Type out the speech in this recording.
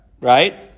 right